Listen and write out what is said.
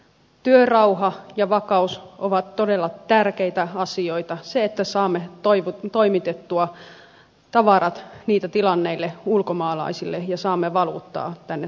työrauha ja vakaus ovat todella tärkeitä asioita että saamme toimitettua tavarat niitä tilanneille ulkomaalaisille ja saamme valuuttaa tänne suomeen